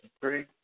three